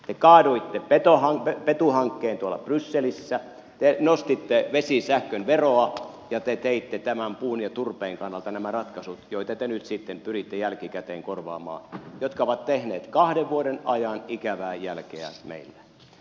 te kaadoitte petu hankkeen brysselissä te nostitte vesisähkön veroa ja te teitte puun ja turpeen kannalta nämä ratkaisut joita te nyt sitten pyritte jälkikäteen korvaamaan jotka ovat tehneet kahden vuoden ajan ikävää jälkeä meille